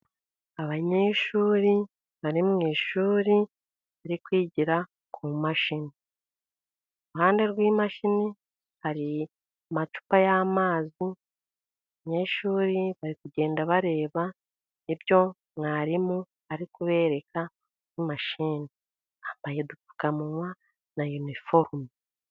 Abanyeshuri bari mu ishuri, bari kwigira ku mashini. iruhande rw'imashini hari amacupa y'amazi. Abanyeshuri bari kugenda bareba ibyo mwarimu ari kubereka mu mashini. Bambaye udupfukamunwa na iniforume.